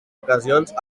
ocasions